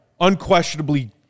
unquestionably